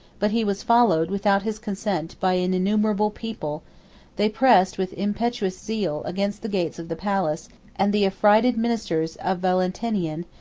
but he was followed, without his consent, by an innumerable people they pressed, with impetuous zeal, against the gates of the palace and the affrighted ministers of valentinian,